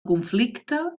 conflicte